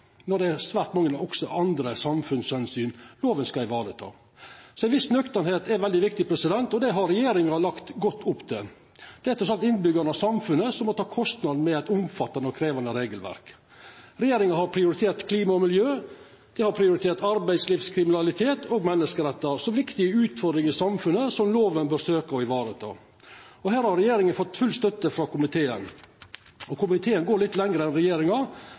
når det er svært mange andre samfunnsomsyn lova skal vareta. Det er veldig viktig å vera nøktern, og det har regjeringa lagt godt opp til. Det er trass alt innbyggjarane og samfunnet som må ta kostnaden med eit omfattande og krevjande regelverk. Regjeringa har prioritert klima og miljø, arbeidslivskriminalitet og menneskerettar som viktige utfordringar i samfunnet som lova bør prøva å vareta. Her har regjeringa fått full støtte frå komiteen. Komiteen går litt lenger enn regjeringa,